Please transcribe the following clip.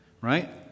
Right